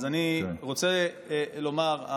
אז אני רוצה לומר,